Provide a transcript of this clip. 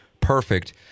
perfect